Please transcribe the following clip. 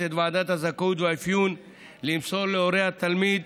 את ועדת הזכאות והאפיון למסור להורי התלמיד,